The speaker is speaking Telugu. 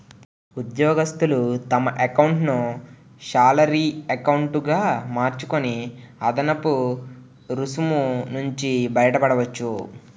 ఉద్యోగస్తులు తమ ఎకౌంటును శాలరీ ఎకౌంటు గా మార్చుకొని అదనపు రుసుము నుంచి బయటపడవచ్చు